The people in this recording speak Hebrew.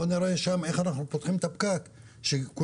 בוא נראה איך אנחנו פותחים את הפקק שם,